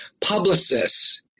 publicists